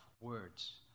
words